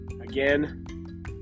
Again